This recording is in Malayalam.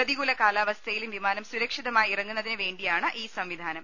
പ്രതികൂല കാലാവസ്ഥയിലും വിമാനം സുരക്ഷിതമായി ഇറങ്ങുന്നതിനുവേ ണ്ടിയാണ് ഈ സംവിധാനം